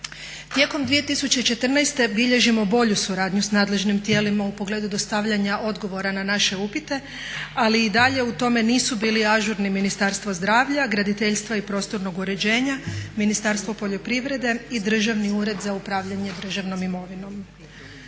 Tijekom 2014. godine bilježimo bolju suradnju s nadležnim tijelima u pogledu dostavljanja odgovora na naše upite ali i dalje u tome nisu bili ažurni Ministarstvo zdravlja, graditeljstva i prostornog uređenja, Ministarstvo poljoprivrede i Državni ured za upravljanje državnom imovinom.